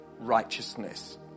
righteousness